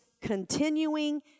continuing